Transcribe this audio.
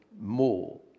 more